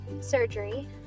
surgery